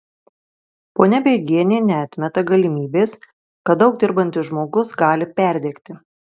ponia beigienė neatmeta galimybės kad daug dirbantis žmogus gali perdegti